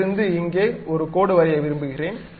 இங்கிருந்து இங்கே ஒரு கோடு வரைய விரும்புகிறேன்